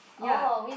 ya